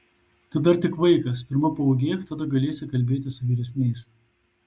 tu dar tik vaikas pirma paūgėk tada galėsi kalbėti su vyresniais